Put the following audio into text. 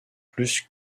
plus